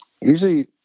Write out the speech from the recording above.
usually –